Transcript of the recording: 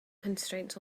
constraints